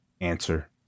answer